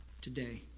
today